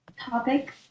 topic